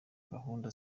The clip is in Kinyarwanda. gahunda